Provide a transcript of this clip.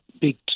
big